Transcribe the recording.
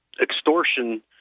extortion